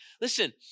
Listen